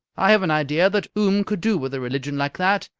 i have an idea that oom could do with a religion like that.